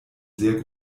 sehr